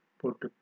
put